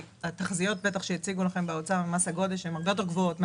התחזיות שהציגו לכם באוצר ממס הגודש הן הרבה יותר גבוהות מה-700.